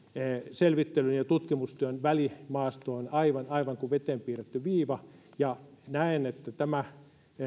selvittelyn ja tutkimustyön välimaasto on aivan aivan kuin veteen piirretty viiva ja näen että tämä